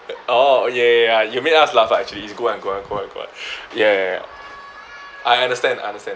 orh yeah ya ya you made us laugh ah actually it's good [one] good [one] good [one] good [one] ya ya ya I understand I understand